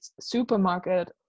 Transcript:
supermarket